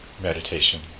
meditation